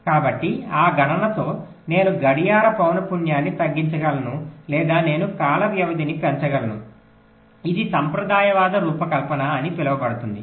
కాబట్టి ఆ గణనతో నేను గడియార పౌన పున్యాన్ని తగ్గించగలను లేదా నేను కాల వ్యవధిని పెంచగలను ఇది సంప్రదాయవాద రూపకల్పన అని పిలువబడుతుంది